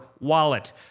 wallet